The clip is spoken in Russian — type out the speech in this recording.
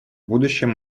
будущем